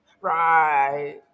Right